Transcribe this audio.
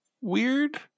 weird